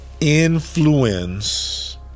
influence